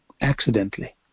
accidentally